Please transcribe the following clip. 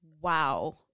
Wow